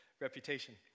reputation